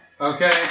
Okay